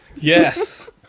Yes